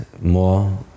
more